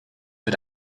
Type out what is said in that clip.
mit